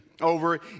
over